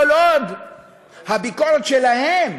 כל עוד הביקורת שלהם